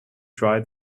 dry